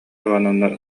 ивановна